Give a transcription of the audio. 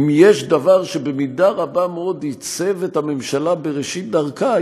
אם יש דבר שבמידה רבה מאוד עיצב את הממשלה בראשית דרכה,